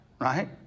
right